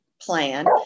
plan